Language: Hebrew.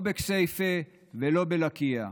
לא בכסייפה ולא בלקיה.